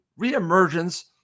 reemergence